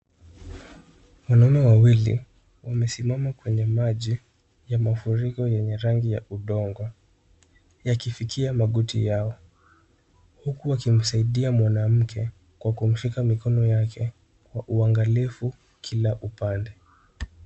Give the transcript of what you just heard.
Wanaume wawili wamesimama kwenye maji ya mafuriko yenye rangi ya udongo yakifikia magoti yao, huku wakimsaidia mwanamke kwa kumshika mikono yake kwa uangalifu kila upande.